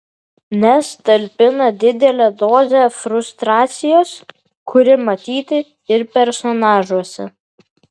nes talpina didelę dozę frustracijos kuri matyti ir personažuose